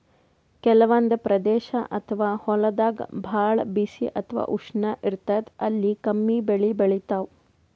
ಕೆಲವಂದ್ ಪ್ರದೇಶ್ ಅಥವಾ ಹೊಲ್ದಾಗ ಭಾಳ್ ಬಿಸಿ ಅಥವಾ ಉಷ್ಣ ಇರ್ತದ್ ಅಲ್ಲಿ ಕಮ್ಮಿ ಬೆಳಿ ಬೆಳಿತಾವ್